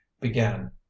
began